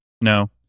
No